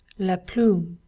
la plume,